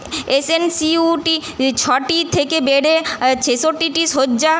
S N C U টি ই ছটি থেকে বেডে ছেষট্টিটি শয্যা